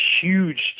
huge